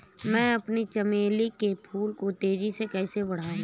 मैं अपने चमेली के फूल को तेजी से कैसे बढाऊं?